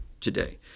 today